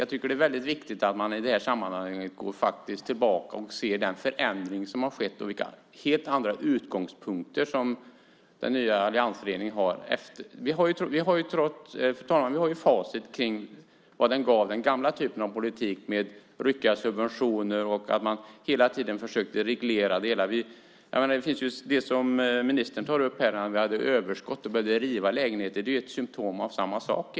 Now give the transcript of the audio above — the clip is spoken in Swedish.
Jag tycker att det är väldigt viktigt att vi i det sammanhanget går tillbaka och ser den förändring som har skett och vilka helt andra utgångspunkter som den nya alliansregeringen har. Fru talman! Vi har facit på vad den gamla typen av politik gav, med ryckiga subventioner och där man hela tiden försökte reglera det hela. Det ministern här tar upp, om att vi hade överskott och behövde riva lägenheter, är egentligen ett symtom på samma sak.